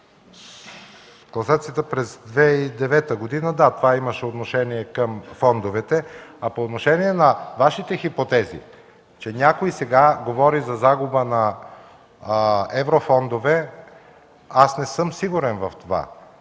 Класацията през 2009 г. – да, това имаше отношение към фондовете. А по отношение на Вашите хипотези, че някой сега говори за загуба на еврофондове, аз не съм сигурен в това.